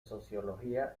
sociología